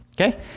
okay